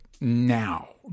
now